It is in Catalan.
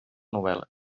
novel·les